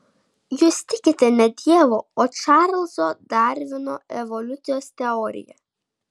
jūs tikite ne dievu o čarlzo darvino evoliucijos teorija